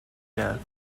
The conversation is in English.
death